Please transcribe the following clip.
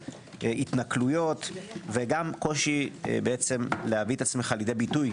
התנכלויות וגם קושי להביא עצמך לידי ביטוי,